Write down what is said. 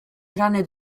tranne